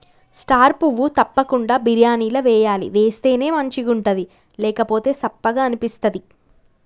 star పువ్వు తప్పకుండ బిర్యానీల వేయాలి వేస్తేనే మంచిగుంటది లేకపోతె సప్పగ అనిపిస్తది